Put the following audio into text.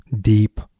deep